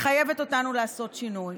מחייבת אותנו לעשות שינוי.